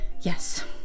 Yes